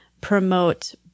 promote